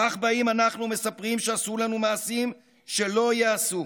/ כך באים אנחנו ומספרים שעשו לנו מעשים / שלא ייעשו.